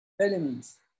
elements